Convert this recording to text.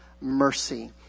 mercy